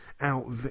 out